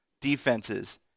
defenses